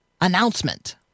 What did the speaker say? announcement